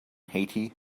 haiti